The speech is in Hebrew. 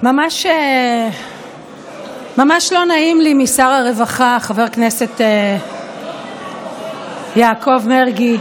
ממש לא נעים לי משר הרווחה חבר הכנסת יעקב מרגי,